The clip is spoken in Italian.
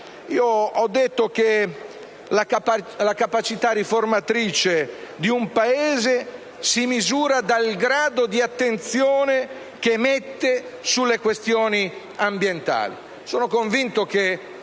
Ho detto che la capacità riformatrice di un Paese si misura dal grado di attenzione che mette sulle questioni ambientali.